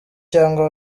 cyangwa